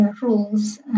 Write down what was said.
rules